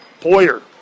Poyer